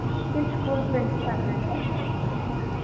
నేను స్కూల్ ప్రిన్సిపాల్ని అండి